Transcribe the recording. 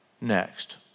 next